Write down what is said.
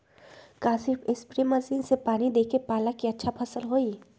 का सिर्फ spray machine से पानी देके पालक के अच्छा फसल होई?